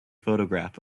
photograph